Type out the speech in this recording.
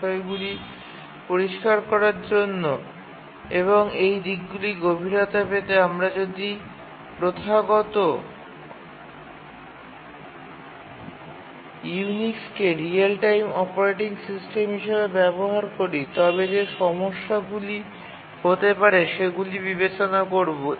বিষয়গুলি পরিষ্কার করার জন্য এবং এই দিকগুলির গভীরতা পেতে আমরা যদি প্রথাগত ইউনিক্সকে রিয়েল টাইম অপারেটিং সিস্টেম হিসাবে ব্যবহার করি তবে যে সমস্যাগুলি হতে পারে সেগুলি বিবেচনা করব